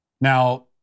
Now